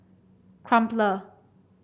Crumpler